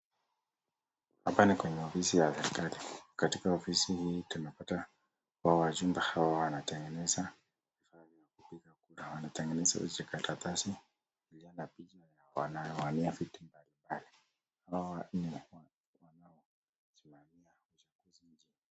Hapa ni kwenye ofisi ya katika ofisi hii tunapata wajumbe hawa wanatengeneza vifaa vya kupiga kura. Wanatengeneza hizi karatasi zenye picha ya wanaowania viti mbalimbali. Hawa wanne ndio wanaosimamia uchaguzi nchini.